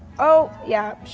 oh, yeah,